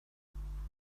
eisteddfodol